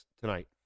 tonight